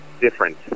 different